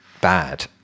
bad